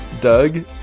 Doug